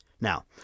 Now